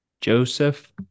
Joseph